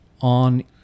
on